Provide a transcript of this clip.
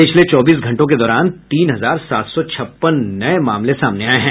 पिछले चौबीस घंटों के दौरान तीन हजार सात सौ छप्पन नये मामले सामने आये हैं